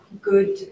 good